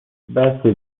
بسه